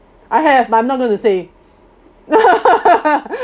I have but I'm not going to say